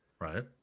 Right